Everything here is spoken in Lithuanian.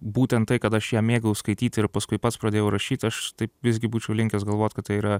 būtent tai kad aš ją mėgau skaityti ir paskui pats pradėjau rašyt aš taip visgi būčiau linkęs galvot kad tai yra